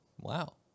Wow